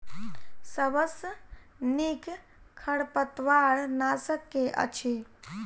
सबसँ नीक खरपतवार नाशक केँ अछि?